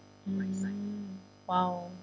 mm !wow!